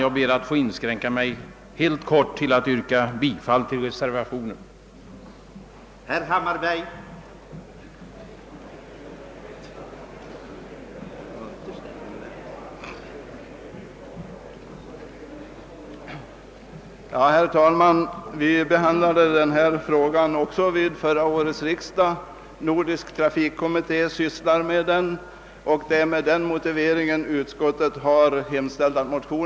Jag inskränker mig till att yrka bifall till reservationen av herr Alexanderson m.fl.